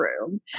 room